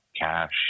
cash